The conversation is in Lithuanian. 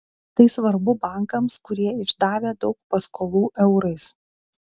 tai svarbu bankams kurie išdavę daug paskolų eurais